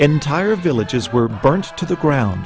entire villages were burned to the ground